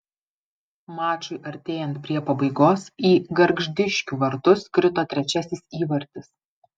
mačui artėjant prie pabaigos į gargždiškių vartus krito trečiasis įvartis